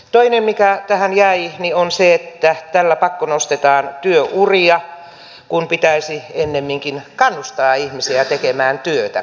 toinen mikä tähän jäi on se että tällä pakkonostetaan työuria kun pitäisi ennemminkin kannustaa ihmisiä tekemään työtä